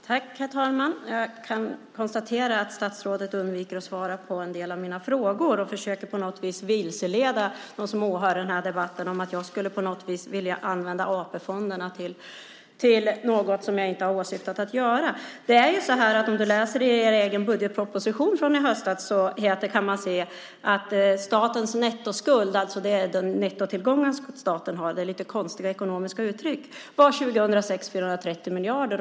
Herr talman! Jag kan konstatera att statsrådet undviker att svara på en del av mina frågor och liksom försöker vilseleda dem som är åhörare i den här debatten till att tro att jag på något sätt skulle vilja använda AP-fonderna till något som jag inte har åsyftat. Det är ju så, om du läser i er egen budgetproposition från i höstas, att man kan se att statens nettoskuld, det är alltså de nettotillgångar staten har, det är lite konstiga ekonomiska uttryck, 2006 var 430 miljarder.